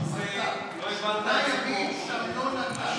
שמונה ימים שמנו נתן.